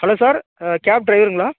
hello sir cab ட்ரைவருங்களா